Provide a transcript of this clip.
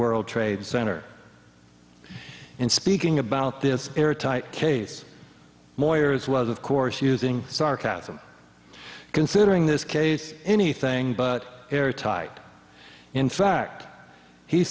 world trade center and speaking about this airtight case moyers was of course using sarcasm considering this case anything but airtight in fact he